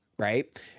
Right